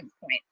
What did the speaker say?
point